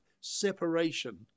separation